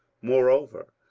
moreover,